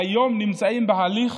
כיום נמצאים בהליך